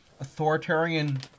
authoritarian